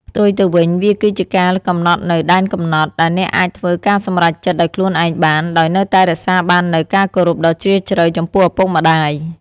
ផ្ទុយទៅវិញ វាគឺជាការកំណត់នូវ ដែនកំណត់ ដែលអ្នកអាចធ្វើការសម្រេចចិត្តដោយខ្លួនឯងបាន ដោយនៅតែរក្សាបាននូវ ការគោរពដ៏ជ្រាលជ្រៅ ចំពោះឪពុកម្ដាយ។